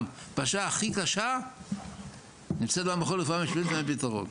בשעה הכי קשה נמצאים במכון לרפואה משפטית ואין פתרון.